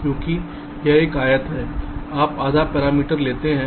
क्योंकि यह एक आयत है आप आधा पैरामीटर लेते हैं